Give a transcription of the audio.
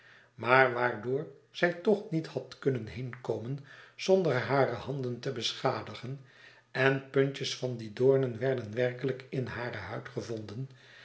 maar waardoor zij toch niet had kunnen heenkomen zonder hare handen te beschadigen en puntjes van die doornen werden werkelijk in harehuid gevonden